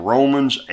Romans